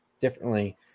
differently